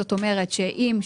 זאת אומרת שאם,